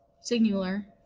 singular